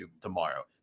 tomorrow